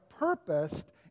purposed